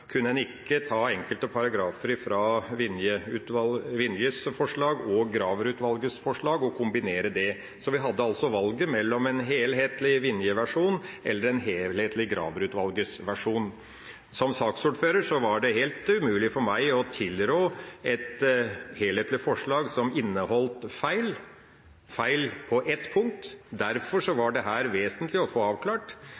kunne man ikke ta enkeltparagrafer fra Vinjes forslag og Graver-utvalgets forslag og kombinere dem. Vi hadde altså valget mellom en helhetlig Vinje-versjon eller en helhetlig Graver-utvalg-versjon. Som saksordfører var det helt umulig for meg å tilrå et helhetlig forslag som inneholdt feil – feil på ett punkt. Derfor